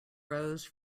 rose